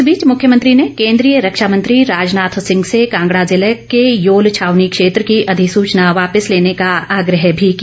इस बीच मुख्यमंत्री ने केन्द्रीय रक्षा मंत्री राजनाथ सिंह से कांगड़ा जिला के योल छावनी क्षेत्र की अधिसूचना वापिस लेने का आग्रह भी किया